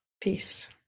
peace